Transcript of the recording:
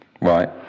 Right